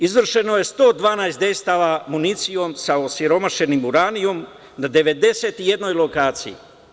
Izvršeno je 112 dejstava municijom sa osiromašenim uranijumom na 91 lokaciji.